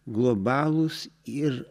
globalūs ir